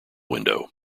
window